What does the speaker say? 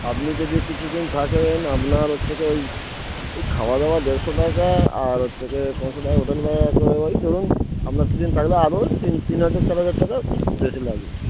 আপনি যদি কিছু দিন থাকেন আপনার হচ্ছে ওই ওই খাওয়া দাওয়া দেড়শো টাকা আর হচ্ছে গিয়ে পাঁচশো টাকা হোটেল ভাড়া করে ওই ধরুন আপনার কিছুদিন থাকলে আরও তিন তিন হাজার চার হাজার টাকা বেশি লাগবে